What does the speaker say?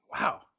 wow